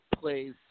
plays